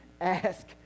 ask